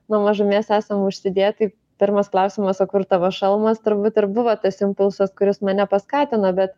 nuo mažumės esame užsidėti tai pirmas klausimas o kur tavo šalmas turbūt ir buvo tas impulsas kuris mane paskatino bet